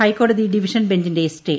ഹൈക്കോടതി ഡിപ്പിഷൻ ബെഞ്ചിന്റെ സ്റ്റേ